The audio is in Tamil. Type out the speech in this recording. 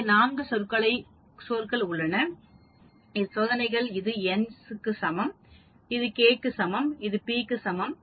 இங்கே 4 சொற்கள் உள்ளன சோதனைகள் இது n க்கு சமம் இது k க்கு சமம் இது p மற்றும் சமம்